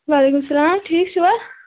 وعلیکُم السَلام ٹھیٖک چھُوا